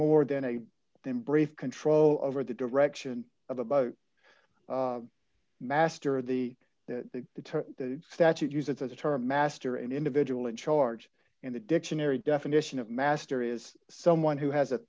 more than a brief control over the direction of the master of the that the statute use it as a term master and individual in charge and the dictionary definition of master is someone who has